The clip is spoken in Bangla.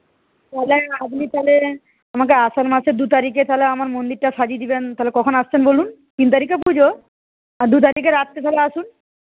তাহলে আপনি তাহলে আমাকে আষাঢ় মাসের দু তারিখে তাহলে আমার মন্দিরটা সাজিয়ে দেবেন তাহলে কখন আসছেন বলুন তিন তারিখে পুজো দু তারিখে রাত্রে করে আসুন